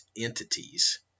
entities